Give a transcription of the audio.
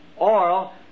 oil